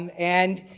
um and,